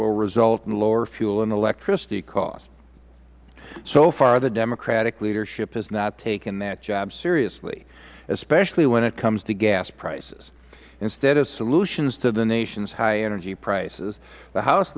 will result in lower fuel and electricity costs so far the democratic leadership has not taken that job seriously especially when it comes to gas prices instead of solutions to the nation's high energy prices the house